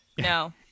no